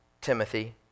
Timothy